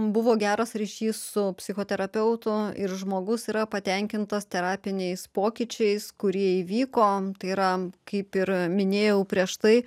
buvo geras ryšys su psichoterapeutu ir žmogus yra patenkintas terapiniais pokyčiais kurie įvyko tai yra kaip ir minėjau prieš tai